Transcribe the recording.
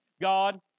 God